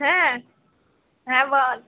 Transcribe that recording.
হ্যাঁ হ্যাঁ বল